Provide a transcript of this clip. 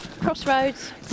Crossroads